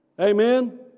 Amen